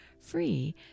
free